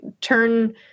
turn